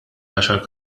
għaxar